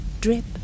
drip